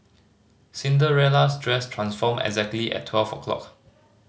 Cinderella's dress transformed exactly at twelve o'clock